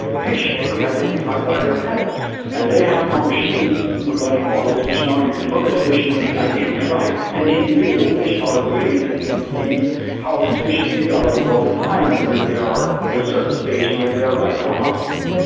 fish can be identifies by their patterns and they have now machine learning models which now you can look at fish and you can identify an individual fish out of millions and can see how this fish is developing overtime and when they are at a certain stage and when they are right for harvesting.